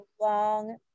long